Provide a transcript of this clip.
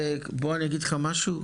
בוא אני אגיד לך משהו,